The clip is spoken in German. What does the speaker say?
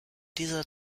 dieser